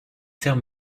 faire